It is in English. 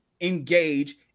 engage